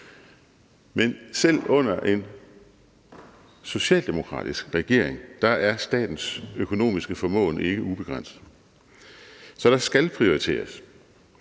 Men selv under en socialdemokratisk regering er statens økonomiske formåen ikke ubegrænset, så der skal prioriteres.